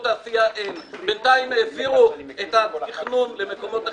למרות שאני מכיר ממקומות אחרים,